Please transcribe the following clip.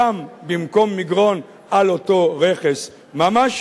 שם, במקום מגרון, על אותו רכס ממש.